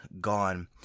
gone